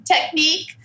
technique